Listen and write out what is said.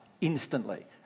instantly